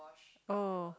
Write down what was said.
oh